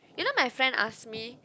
you know my friend ask me